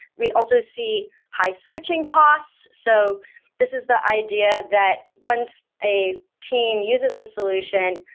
we also see high switching costs. so this is the idea that once a team uses a solution,